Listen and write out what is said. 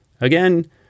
Again